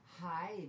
Hi